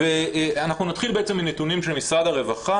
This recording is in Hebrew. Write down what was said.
ואנחנו נתחיל בעצם עם נתונים של משרד הרווחה,